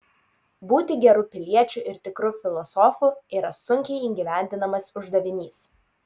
būti geru piliečiu ir tikru filosofu yra sunkiai įgyvendinamas uždavinys